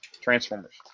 Transformers